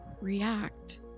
react